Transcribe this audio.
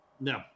No